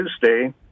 Tuesday